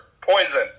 poison